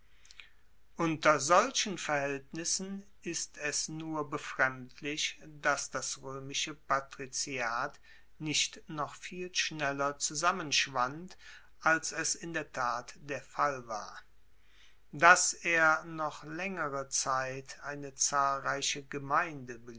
unter solchen verhaeltnissen ist es nur befremdlich dass das roemische patriziat nicht noch viel schneller zusammenschwand als es in der tat der fall war dass er noch laengere zeit eine zahlreiche gemeinde